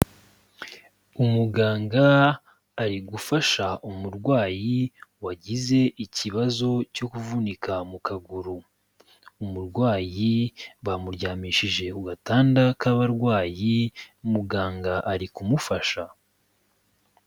Umuganga ari gufasha umurwayi wagize ikibazo cyo kuvunika mu kaguru, umurwayi bamuryamishije ku gatanda k'abarwayi, umuganga ari kumufasha.